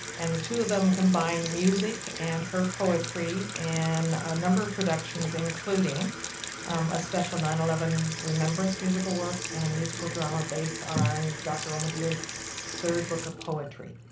and the two of them combine music and her poetry and a number of productions, including a special nine eleven remembrance musical work and a musical drama based on dr. romidilli's third book of poetry.